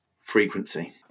frequency